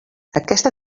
aquesta